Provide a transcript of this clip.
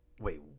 Wait